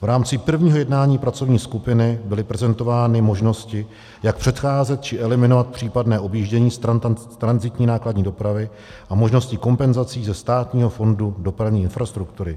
V rámci prvního jednání pracovní skupiny byly prezentovány možnosti, jak předcházet či eliminovat případné objíždění stran tranzitní nákladní dopravy, a možnosti kompenzací ze Státního fondu dopravní infrastruktury.